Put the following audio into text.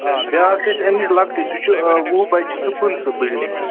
آ بیٛاکھ چھِ اَسہِ اَمہِ نِش لۅکٹٕے سُہ چھُ وُہ باے چھِ سُہ پٕنٛژٕہ بُلڈِنٛگ